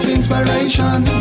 inspiration